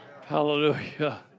Hallelujah